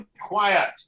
Quiet